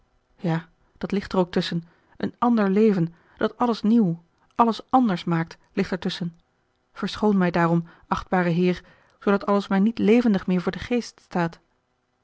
ja dat ligt er ook tusschen een ander leven dat alles nieuw alles anders maakt ligt er tusschen verschoon mij daarom achtbare heer zoo dat alles mij niet levendig meer voor den geest staat